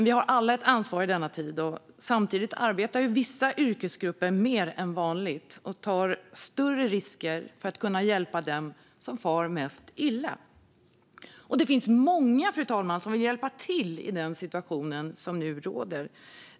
Vi har alla ett ansvar i denna tid. Men vissa yrkesgrupper arbetar mer än vanligt och tar större risker för att kunna hjälpa dem som far mest illa. Fru talman! Det finns många som vill hjälpa till i den situation som nu råder.